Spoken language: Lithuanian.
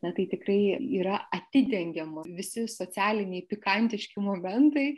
na tai tikrai yra atidengiama visi socialiniai pikantiški momentai